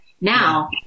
now